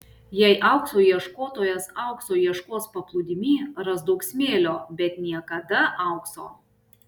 jei aukso ieškotojas aukso ieškos paplūdimy ras daug smėlio bet niekada aukso